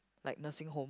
like nursing home